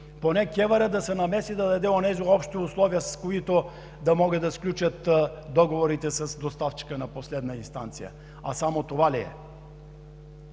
поне КЕВР да се намеси и даде онези общи условия, с които да могат да сключат договорите с доставчика на последна инстанция. А само това ли е?